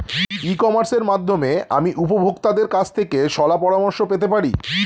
ই কমার্সের মাধ্যমে আমি উপভোগতাদের কাছ থেকে শলাপরামর্শ পেতে পারি?